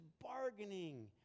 bargaining